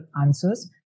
answers